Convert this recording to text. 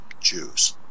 Jews